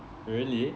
really